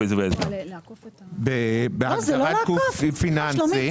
בהגדרת גוף פיננסי.